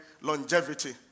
longevity